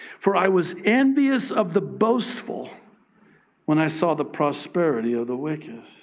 for i was envious of the boastful when i saw the prosperity of the wicked.